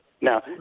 Now